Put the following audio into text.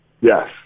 yes